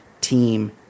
team